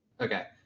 Okay